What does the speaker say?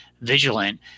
vigilant